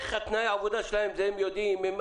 את תנאי העבודה שלהם הם יודעים.